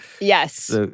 Yes